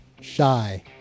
Shy